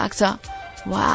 Wow